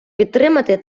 підтримати